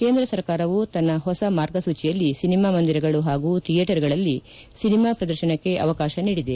ಕೇಂದ ಸರ್ಕಾರವು ತನ್ನ ಹೊಸ ಮಾರ್ಗಸೂಚಿಯಲ್ಲಿ ಸಿನಿಮಾ ಮಂದಿರಗಳು ಹಾಗೂ ಥಿಯೇಟರ್ಗಳಲ್ಲಿ ಸಿನಿಮಾ ಪ್ರದರ್ಶನಕ್ಕೆ ಅವಕಾಶ ನೀಡಿದೆ